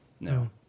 No